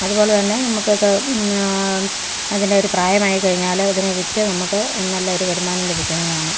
അതുപോലെ തന്നെ നമുക്കത് അതിന് ഒരു പ്രായം ആയിക്കഴിഞ്ഞാൽ അതിനെ വിറ്റ് നമുക്ക് നല്ലൊരു വരുമാനം ലഭിക്കുന്നതാണ്